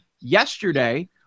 yesterday